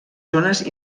zones